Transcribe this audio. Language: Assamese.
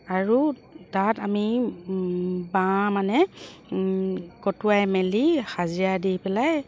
আৰু তাত আমি বাঁহ মানে কটুৱাই মেলি হাজিৰা দি পেলাই